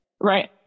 Right